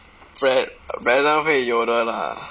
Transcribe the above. pre~ present 会有的 lah